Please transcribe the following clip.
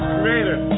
Creator